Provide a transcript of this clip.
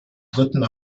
dritten